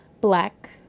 black